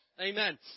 Amen